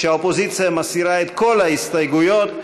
שהאופוזיציה מסירה את כל ההסתייגויות,